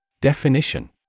Definition